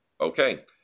okay